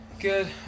Good